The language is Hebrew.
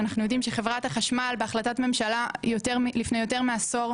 שאנחנו יודעים שחברת החשמל בהחלטת ממשלה לפני יותר מעשור,